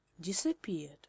disappeared